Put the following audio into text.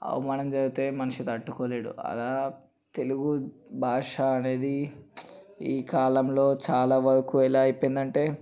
అవమానం జరిగితే మనిషి తట్టుకోలేడు అలా తెలుగుభాష అనేది ఈ కాలంలో చాలావరకు ఎలా అయిపోయిందంటే